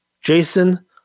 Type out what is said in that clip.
Jason